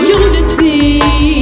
unity